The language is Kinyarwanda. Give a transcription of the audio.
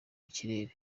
kirere